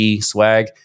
swag